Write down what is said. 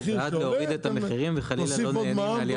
אנחנו בעד להוריד את המחירים וחלילה לא נהנים מעליית מחירים.